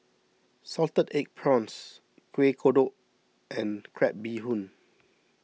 Salted Egg Prawns Kuih Kodok and Crab Bee Hoon